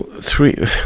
three